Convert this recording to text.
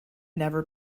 never